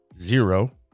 zero